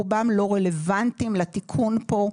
רובם לא רלוונטיים לתיקון פה.